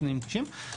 בתנאים קשים.